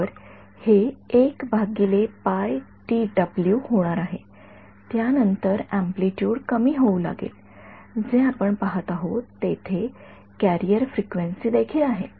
तर हे होणार आहे त्यानंतर अँप्लिटुड कमी होऊ लागेल जे आपण पहात आहोत तेथे कॅरियर फ्रिक्वेन्सी देखील आहे